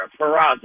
Peraza